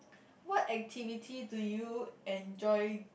what activity do you enjoy